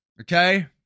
Okay